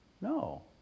No